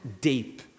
deep